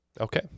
Okay